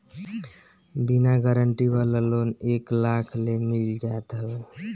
बिना गारंटी वाला लोन एक लाख ले मिल जात हवे